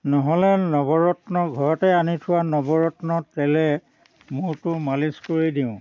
নহ'লে নৱৰত্ন ঘৰতে আনি থোৱা নৱৰত্ন তেলে মূৰটো মালিছ কৰি দিওঁ